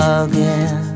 again